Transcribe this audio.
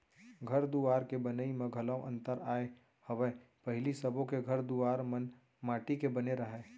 घर दुवार के बनई म घलौ अंतर आय हवय पहिली सबो के घर दुवार मन माटी के बने रहय